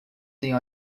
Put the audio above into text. tem